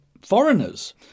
foreigners